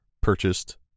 purchased